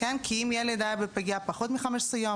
כי אם ילד היה בפגייה פחות מ-15 יום,